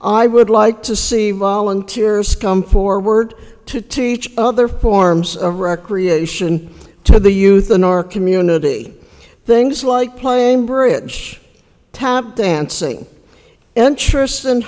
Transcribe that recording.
i would like to see volunteers come forward to teach other forms of recreation to the youth in our community things like playing bridge tap dancing interests and